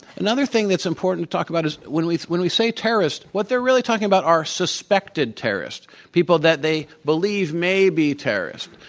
another thing that's important to talk about is when we when we say terrorist, what they're really talking about are suspected terrorists, people that they believe may be terrorists.